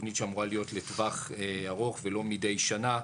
תוכנית שאמורה להיות לטווח ארוך ולא מדי שנה.